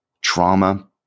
trauma